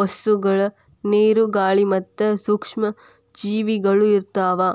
ವಸ್ತುಗಳು, ನೇರು, ಗಾಳಿ ಮತ್ತ ಸೂಕ್ಷ್ಮ ಜೇವಿಗಳು ಇರ್ತಾವ